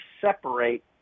separate